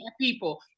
people